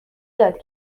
یاد